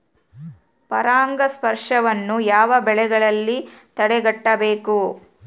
ಪರಾಗಸ್ಪರ್ಶವನ್ನು ಯಾವ ಬೆಳೆಗಳಲ್ಲಿ ತಡೆಗಟ್ಟಬೇಕು?